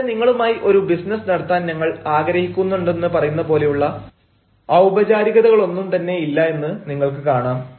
ഇവിടെ നിങ്ങളുമായി ഒരു ബിസിനസ് നടത്താൻ ഞങ്ങൾ ആഗ്രഹിക്കുന്നുണ്ടെന്ന് പറയുന്ന പോലെയുള്ള ഔപചാരികതകളൊന്നും തന്നെയില്ല എന്ന് നിങ്ങൾക്ക് കാണാം